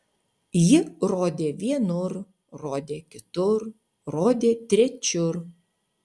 ji rodė vienur rodė kitur rodė trečiur